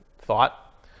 thought